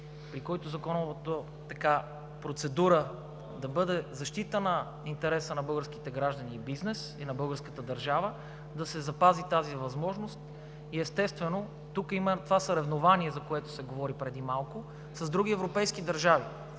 при които законовата процедура да бъде в защита на интереса на българските граждани и бизнес, и на българската държава, да се запази тази възможност. Естествено, България не трябва да изостава в съревнованието, за което се говори преди малко, с други европейски държави.